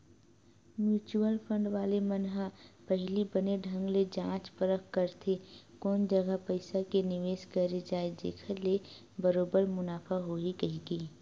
mutual fund वाले मन ह पहिली बने ढंग ले जाँच परख करथे कोन जघा पइसा के निवेस करे जाय जेखर ले बरोबर मुनाफा होही कहिके